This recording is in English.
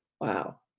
Wow